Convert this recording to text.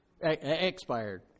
Expired